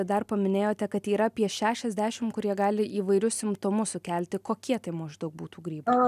dabar paminėjote kad yra apie šešiasdešimt kurie gali įvairius simptomus sukelti kokie tai maždaug būtų grybai